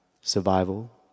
survival